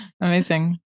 amazing